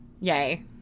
yay